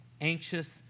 anxious